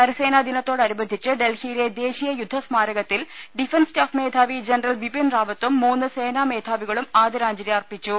കരസേനാ ദിനത്തോടനുബന്ധിച്ച് ഡൽഹിയിലെ ദേശീയ യുദ്ധ സ്മാരകത്തിൽ ഡിഫൻസ് സ്റ്റാഫ് മേധാവി ജനറൽ ബിപിൻ റാവത്തും മൂന്ന് സേനാമേധാവികളും ആദരാഞ്ജലി അർപ്പിച്ചു